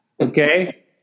okay